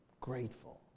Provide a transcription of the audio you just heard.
grateful